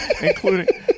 Including